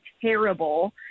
terrible